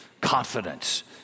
confidence